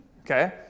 okay